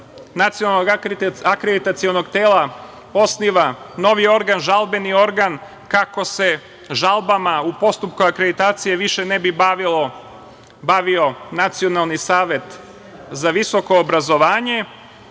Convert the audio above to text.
Nacionalnog akreditacionog tela osniva novi organ, žalbeni organ, kako se žalbama u postupku akreditacije više ne bi bavio Nacionalni savet za visoko obrazovanje. Ono